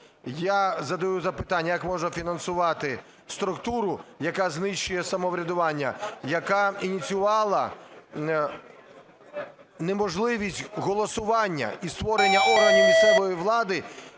Я задаю запитання: як можна фінансувати структуру, яка знищує самоврядування? Яка ініціювала неможливість голосування і створення органів місцевої влади